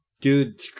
Dude